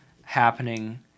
happening